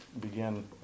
begin